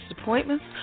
appointments